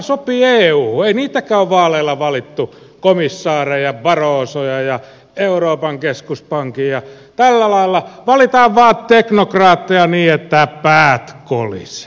ei niitäkään ole vaaleilla valittu komissaareja barrosoja ja euroopan keskuspankin johtoa ja tällä lailla valitaan vaan teknokraatteja niin että päät kolisevat